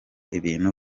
ibintu